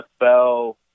NFL